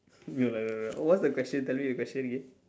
no lah no lah what's the question tell me the question again